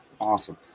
awesome